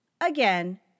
Again